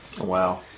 Wow